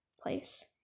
place